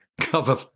cover